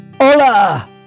Hola